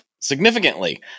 significantly